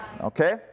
okay